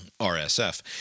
RSF